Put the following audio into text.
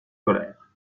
colère